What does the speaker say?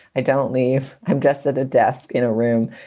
i don't leave. i'm just at a desk in a room.